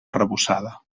arrebossada